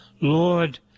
lord